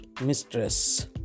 Mistress